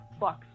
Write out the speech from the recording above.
fucks